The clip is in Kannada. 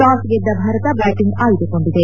ಚಾಸ್ ಗೆದ್ದ ಭಾರತ ಬ್ಯಾಟಿಂಗ್ ಆಯ್ಲುಕೊಂಡಿದೆ